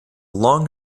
long